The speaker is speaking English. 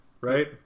Right